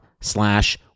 slash